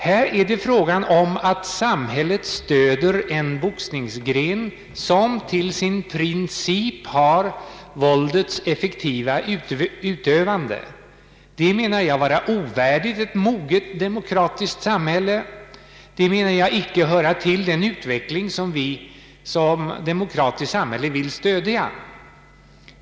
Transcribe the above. Här är det fråga om att samhället stöder en idrottsgren som till sin princip har våldets effektiva utövande. Det menar jag vara ovärdigt ett moget demokratiskt samhälle. Det menar jag icke höra till den utveckling som vi så som demokratiskt samhälle vill stödja.